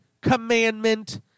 commandment